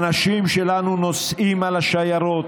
אנשים שלנו נוסעים אל השיירות,